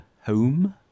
Home